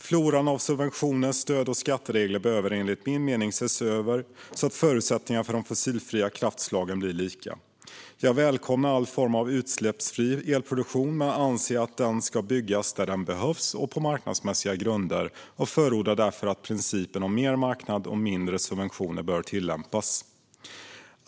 Floran av subventioner, stöd och skatteregler behöver enligt min mening ses över, så att förutsättningarna för de fossilfria kraftslagen blir lika. Jag välkomnar all form av utsläppsfri elproduktion men anser att den ska byggas där den behövs och på marknadsmässiga grunder. Jag förordar därför att principen om mer marknad och mindre subventioner tillämpas.